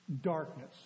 darkness